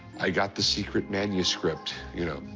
i got the secret manuscript. you know,